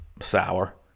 sour